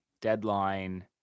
deadline